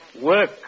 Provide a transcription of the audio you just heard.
work